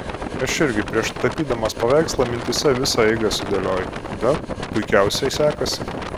aš irgi prieš tapydamas paveikslą mintyse visą eigą sudėlioju tada puikiausiai sekasi